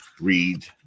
read